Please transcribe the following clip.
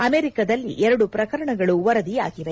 ಅಮೆರಿಕದಲ್ಲಿ ಎರಡು ಪ್ರಕರಣಗಳು ವರದಿಯಾಗಿವೆ